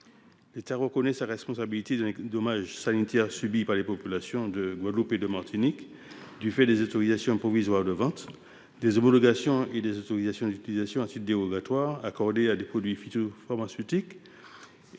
L’État reconnaît sa responsabilité dans les dommages sanitaires subis par les populations de Guadeloupe et de Martinique du fait des autorisations provisoires de vente, des homologations et des autorisations d’utilisation à titre dérogatoire accordées à des produits phytopharmaceutiques